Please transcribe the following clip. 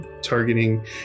targeting